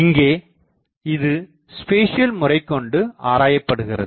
இங்கே இது ஸ்பேசியல் முறை கொண்டு ஆராயப்படுகிறது